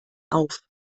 auf